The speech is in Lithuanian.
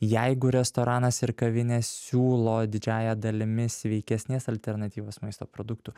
jeigu restoranas ir kavinė siūlo didžiąja dalimi sveikesnės alternatyvos maisto produktų